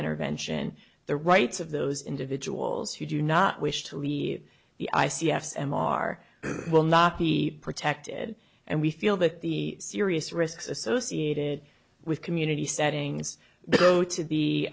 intervention the rights of those individuals who do not wish to leave the i c s m r will not be protected and we feel that the serious risks associated with community settings to be